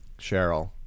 Cheryl